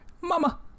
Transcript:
mama